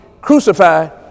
crucified